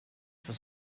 for